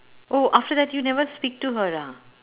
oh after that you never speak to her ah